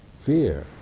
fear